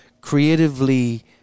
creatively